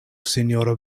sinjoro